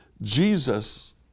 Jesus